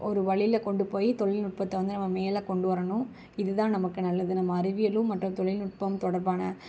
ஒரு வழில கொண்டுப்போய் தொழில்நுட்பத்த வந்து நம்ம மேலே கொண்டு வரணும் இதுதான் நமக்கு நல்லது நம்ம அறிவியலும் மற்ற தொழில்நுட்பம் தொடர்பான